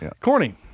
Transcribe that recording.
Corny